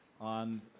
on